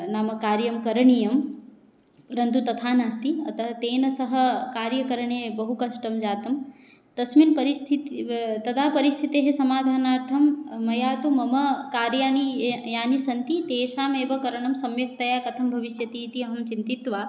नाम कार्यं करणीयं रन्तु तथा नास्ति अतः तेन सह कार्य करणे बहु कष्टं जातं तस्मिन् परिस्थितिः तदा परिस्थितेः समाधानार्थं मया तु मम कार्याणि ये यानि सन्ति तेषाम् एव करणं सम्यक्तया कथं भविष्यति इति अहं चिन्तित्वा